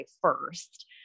first